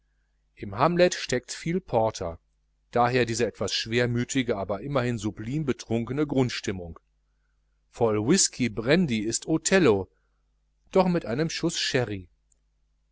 im hamlet steckt viel porter daher diese etwas schwermütige aber immerhin sublim betrunkene grundstimmung voll whisky brandy ist othello doch mit einem schuß sherry